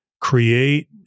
create